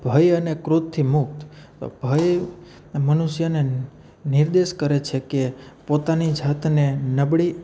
ભય અને ક્રોધથી મુક્ત ભય એ મનુષ્યને નિર્દેશ કરે છે કે પોતાની જાતને નબળી